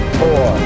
four